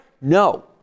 No